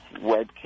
webcam